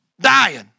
Dying